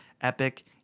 epic